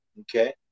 okay